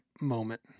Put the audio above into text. moment